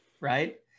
right